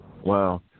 Wow